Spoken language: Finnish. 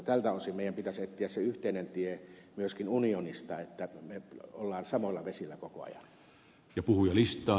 tältä osin meidän pitäisi etsiä se yhteinen tie myöskin unionista että me olemme samoilla vesillä koko ajan